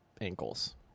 ankles